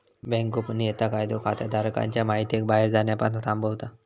bank गोपनीयता कायदो खाताधारकांच्या महितीक बाहेर जाण्यापासना थांबवता